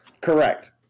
Correct